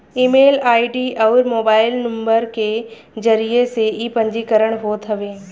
email ID अउरी mobile number के जरिया से इ पंजीकरण होत हवे